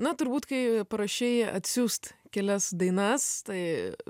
na turbūt kai parašei atsiųst kelias dainas tai